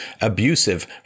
abusive